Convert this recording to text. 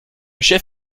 chef